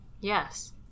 Yes